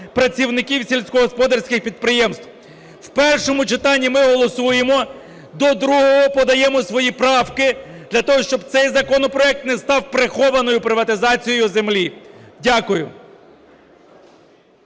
працівників сільськогосподарських підприємств. В першому читанні ми голосуємо, до другого подаємо свої правки для того, щоб цей законопроект не став прихованою приватизацією землі. Дякую.